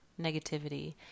negativity